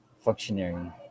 Functionary